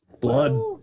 Blood